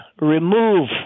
remove